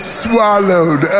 swallowed